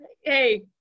hey